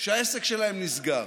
שהעסק שלהם נסגר,